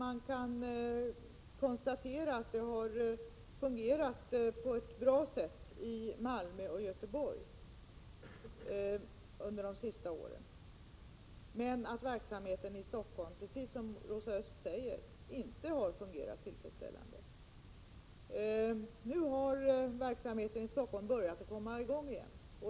Man kan konstatera att verksamheten fungerat bra i Malmö och Göteborg på de senaste åren men att verksamheten i Stockholm, precis som Rosa Östh sade, inte fungerat tillfredsställande. Nu har verksamheten i Stockholm börjat komma i gång.